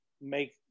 make